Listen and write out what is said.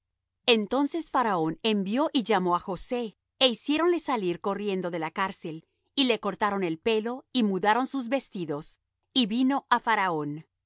entonces faraón envió y llamó á josé é hiciéronle salir corriendo de la cárcel y le cortaron el pelo y mudaron sus vestidos y vino á faraón